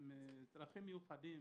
עם צרכים מיוחדים